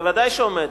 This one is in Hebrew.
ודאי שהיא עומדת.